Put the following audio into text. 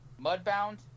Mudbound